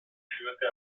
führte